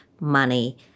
money